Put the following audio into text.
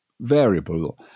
variable